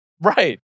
right